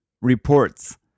reports